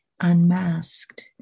unmasked